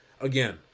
Again